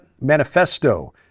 Manifesto